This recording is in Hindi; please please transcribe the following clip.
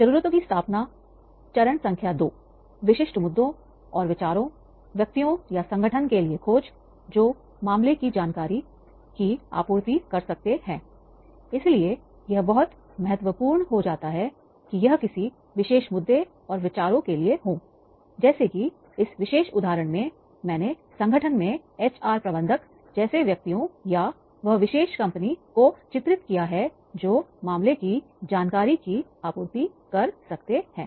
जरूरतों की स्थापना चरण संख्या दो विशिष्ट मुद्दों और विचारों व्यक्तियों या संगठन के लिए खोज जो मामले की जानकारी की आपूर्ति कर सकते हैंइसलिए यह बहुत महत्वपूर्ण हो जाता है कि यह किसी विशेष मुद्दे और विचारों के लिए हैं जैसे कि इस विशेष उदाहरण में मैंने संगठन में एचआर प्रबंधक जैसे व्यक्तियों या वह विशेष कंपनी को चित्रित किया है जो मामले की जानकारी की आपूर्ति कर सकते हैं